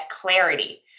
clarity